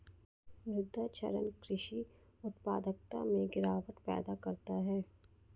मृदा क्षरण कृषि उत्पादकता में गिरावट पैदा करता है